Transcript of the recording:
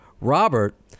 Robert